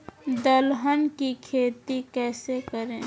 दलहन की खेती कैसे करें?